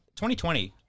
2020